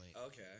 okay